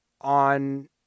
on